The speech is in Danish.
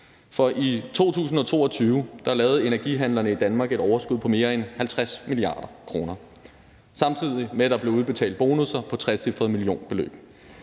For i 2022 lavede energihandlerne i Danmark et overskud på mere end 50 mia. kr., samtidig med at der blev udbetalt bonusser på trecifrede millionbeløb.